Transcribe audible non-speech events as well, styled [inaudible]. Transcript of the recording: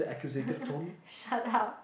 [laughs] shut up